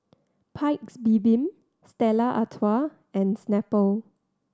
Paik's Bibim Stella Artois and Snapple